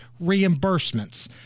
reimbursements